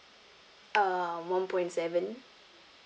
uh one point seven